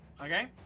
Okay